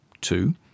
Two